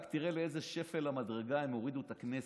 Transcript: רק תראה לאיזה שפל המדרגה הם הורידו את הכנסת.